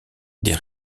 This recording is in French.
des